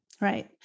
Right